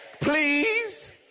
please